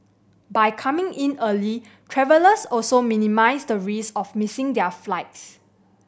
by coming in early travellers also minimise the risk of missing their flights